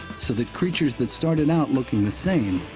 so that creatures that started out looking the same,